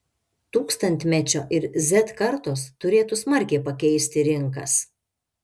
tūkstantmečio ir z kartos turėtų smarkiai pakeisti rinkas